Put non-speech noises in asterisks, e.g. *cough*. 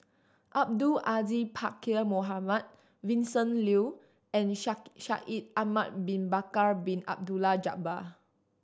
Abdul Aziz Pakkeer Mohamed Vincent Leow and *unintelligible* Shaikh Ye Ahmad Bin Bakar Bin Abdullah Jabbar